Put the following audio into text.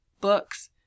books